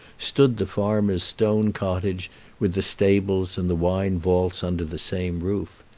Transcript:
stood the farmer's stone cottage, with the stables and the wine-vaults under the same roof.